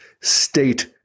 state